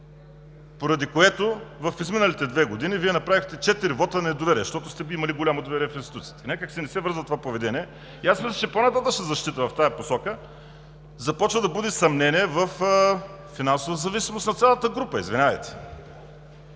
поради което в изминалите две години направихте четири вота на недоверие, защото сте имали голямо доверие в институциите. Някак си не се връзва това поведение. Аз мисля, че по-нататъшната защита в тази посока започва да буди съмнение във финансова зависимост на цялата група. Извинявайте!